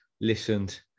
listened